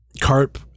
Carp